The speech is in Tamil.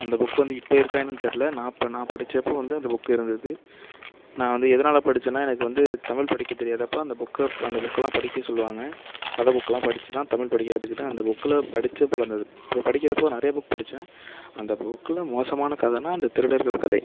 அந்த புக்கு வந்து இப்போ இருக்கா என்னன்னு தெரியல நான் அப்போ நான் படித்தப்ப வந்து அந்த புக்கு இருந்தது நான் வந்து எதனால படித்தேன்னா எனக்கு வந்து தமிழ் படிக்க தெரியாதப்போ அந்த புக்கை அந்த புக்கெல்லாம் படிக்க சொல்லுவாங்க கதை புக்கெல்லாம் படித்துதான் தமிழ் படிக்க கற்றுக்கிட்டேன் அந்த புக்கில் படித்த அந்த இப்போ படிக்கிறப்போ நிறையா புக் படித்தேன் அந்த புக்கில் மோசமான கதைன்னா அந்த திருடர்கள் கதை